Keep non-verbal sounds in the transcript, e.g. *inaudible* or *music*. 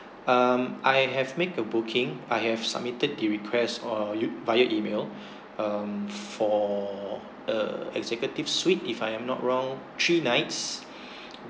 um I have made a booking I have submitted the request or u~ via email um for a executive suite if I am not wrong three nights *breath*